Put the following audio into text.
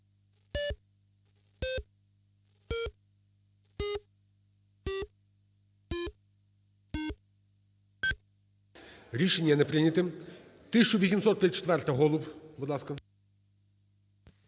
Рішення не прийняте. 1834-а. Голуб, будь ласка.